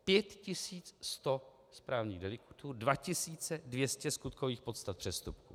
Pět tisíc sto správních deliktů, dva tisíce dvě stě skutkových podstat přestupků!